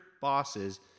bosses